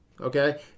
okay